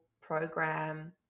program